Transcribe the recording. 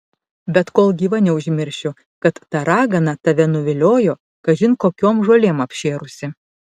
bet kol gyva neužmiršiu kad ta ragana tave nuviliojo kažin kokiom žolėm apšėrusi